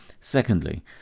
Secondly